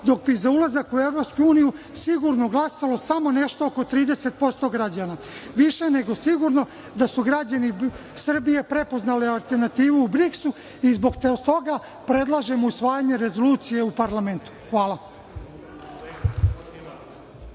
dok bi za ulazak u EU sigurno glasalo samo nešto oko 30% građana. Više nego sigurno, da su građani Srbije prepoznali alternativu BRIKS-u i zbog toga predlažem usvajanje rezolucije u parlamentu. Hvala.